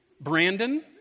Brandon